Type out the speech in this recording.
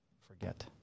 forget